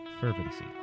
fervency